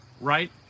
right